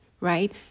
right